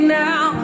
now